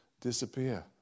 Disappear